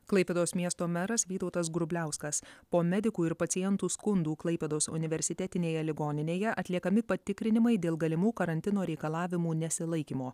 klaipėdos miesto meras vytautas grubliauskas po medikų ir pacientų skundų klaipėdos universitetinėje ligoninėje atliekami patikrinimai dėl galimų karantino reikalavimų nesilaikymo